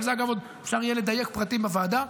ואפשר יהיה עוד לדייק פרטים בוועדה.